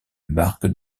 marque